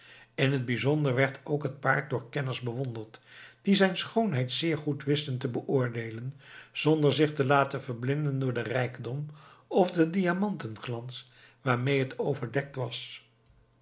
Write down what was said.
in t bijzonder werd ook het paard door kenners bewonderd die zijn schoonheid zeer goed wisten te beoordeelen zonder zich te laten verblinden door den rijkdom of den diamantenglans waarmee het overdekt was